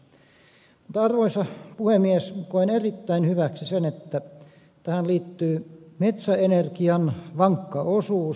mutta arvoisa puhemies koen erittäin hyväksi sen että tähän liittyy metsäenergian vankka osuus